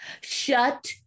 Shut